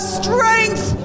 strength